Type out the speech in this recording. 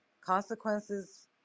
consequences